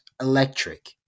electric